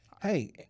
Hey